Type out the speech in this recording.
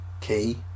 key